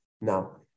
now